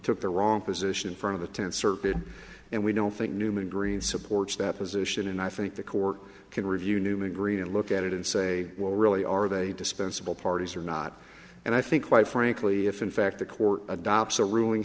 took the wrong position in front of the tenth circuit and we don't think newman green supports that position and i think the court can review newman greed and look at it and say well really are they dispensable parties or not and i think quite frankly if in fact the court adopts a ruling